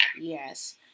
Yes